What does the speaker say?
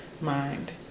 mind